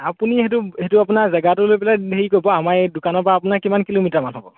আপুনি সেইটো সেইটো আপোনাৰ জেগাটো লৈ পেলাই হেৰি কৰিব আমাৰ এই দোকানৰ পৰা আপোনাৰ কিমান কিলোমিটাৰমান হ'ব